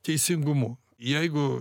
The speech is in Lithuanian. teisingumu jeigu